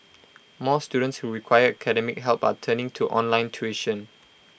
more students who require academic help are turning to online tuition